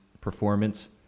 performance